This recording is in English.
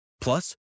Plus